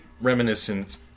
reminiscent